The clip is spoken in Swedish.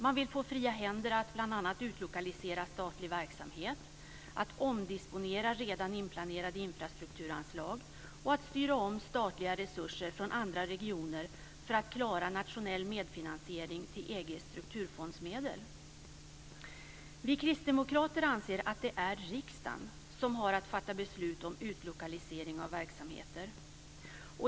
Man vill få fria händer att bl.a. utlokalisera statlig verksamhet, att omdisponera redan inplanerade infrastrukturanslag och att styra om statliga resurser från andra regioner för att klara nationell medfinansiering till EG:s strukturfondsmedel. Vi kristdemokrater anser att det är riksdagen som har att fatta beslut om utlokalisering av verksamheter.